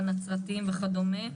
הנצרתיים וכדומה.